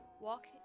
walk